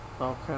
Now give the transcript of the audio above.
Okay